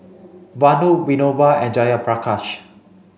Vanu Vinoba and Jayaprakash